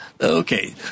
Okay